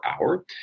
hour